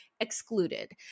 excluded